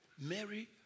Mary